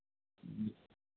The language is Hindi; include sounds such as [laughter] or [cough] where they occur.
[unintelligible]